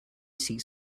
seeks